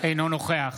אינו נוכח